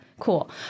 Cool